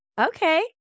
Okay